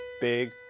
big